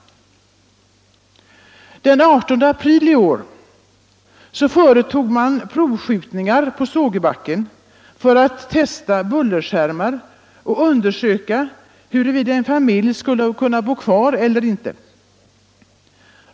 Den 18 april i år företog man provskjutningar på Sågebacken för att testa bullerskärmar och undersöka huruvida en familj skulle kunna bo kvar där eller ej.